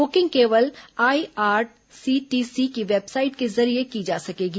booking केवल IRCTC की website के जरिए की जा सकेगी